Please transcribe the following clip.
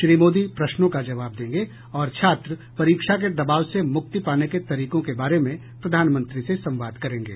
श्री मोदी प्रश्नों का जवाब देंगे और छात्र परीक्षा के दबाव से मुक्ति पाने के तरीकों के बारे में प्रधानमंत्री से संवाद करेंगे